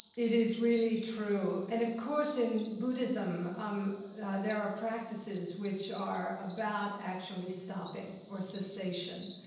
it is really true. and of course, in buddhism um there are practices which are about actually stopping, or cessation,